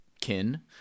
kin